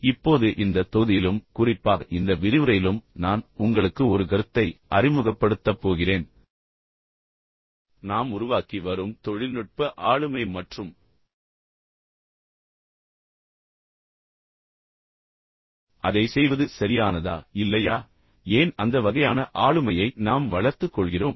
இப்போது இந்த தொகுதியிலும் குறிப்பாக இந்த விரிவுரையிலும் நான் உங்களுக்கு ஒரு கருத்தை அறிமுகப்படுத்தப் போகிறேன் நாம் உருவாக்கி வரும் தொழில்நுட்ப ஆளுமை மற்றும் அதை செய்வது சரியானதா இல்லையா ஏன் அந்த வகையான ஆளுமையை நாம் வளர்த்துக் கொள்கிறோம்